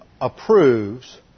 approves